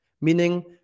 Meaning